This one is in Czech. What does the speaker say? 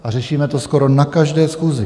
A řešíme to skoro na každé schůzi.